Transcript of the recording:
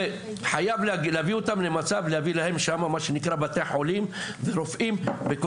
חייב להביא אותם למצב להביא להם שמה מה שנקרא בתי חולים ורופאים וכל